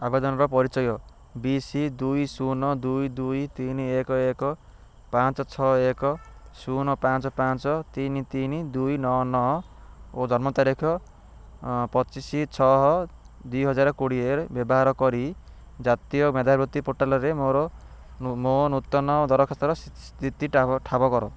ଆବେଦନର ପରିଚୟ B C ଦୁଇ ଶୂନ ଦୁଇ ଦୁଇ ତିନି ଏକ ଏକ ପାଞ୍ଚ ଛଅ ଏକ ଶୂନ ପଞ୍ଚ ପାଞ୍ଚ ତିନି ତିନି ଦୁଇ ନଅ ନଅ ଓ ଜନ୍ମ ତାରିଖ ଅଁ ପଚିଶ ଛଅ ଦୁଇହଜାର କୋଡ଼ିଏରେ ବ୍ୟବହାର କରି ଜାତୀୟ ମେଧାବୃତ୍ତି ପୋର୍ଟାଲ୍ରେ ମୋର ମୋ ନୂତନ ଦରଖାସ୍ତର ସ୍ଥିତିଟା ଠାବ କର